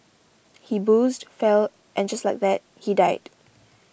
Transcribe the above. he boozed fell and just like that he died